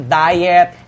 diet